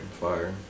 Fire